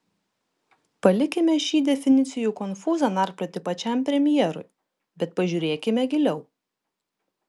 palikime šį definicijų konfūzą narplioti pačiam premjerui bet pažiūrėkime giliau